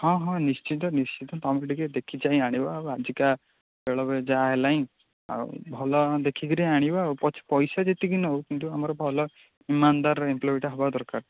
ହଁ ହଁ ନିଶ୍ଚିତ ନିଶ୍ଚିତ ତୁମେ ଟିକେ ଦେଖିଚାହିଁ ଆଣିବା ଆଉ ଆଜିକା ବେଳ ଯାହା ହେଲାଇଁ ଆଉ ଭଲ ଦେଖିକରି ଆଣିବା ଆଉ ପଛେ ପଇସା ଯେତିକି ନେଉ କିନ୍ତୁ ଆମର ଭଲ ଇମାନଦାର ଏମ୍ପ୍ଲୋଇଟା ହେବା ଦରକାର